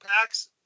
packs